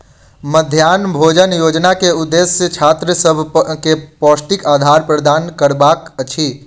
मध्याह्न भोजन योजना के उदेश्य छात्र सभ के पौष्टिक आहार प्रदान करबाक अछि